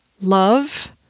love